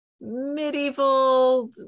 medieval